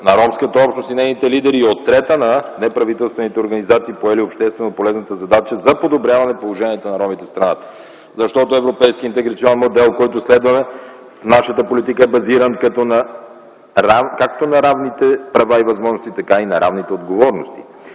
на ромската общност и нейните лидери, и от трета на неправителствените организации, поели общественополезната задача за подобряване положението на ромите в страната. Защото европейският интеграционен модел, който следваме в нашата политика, е базиран както на равните права и възможности, така и на равните отговорности.